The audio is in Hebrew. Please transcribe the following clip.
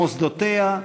מוסדותיה,